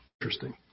interesting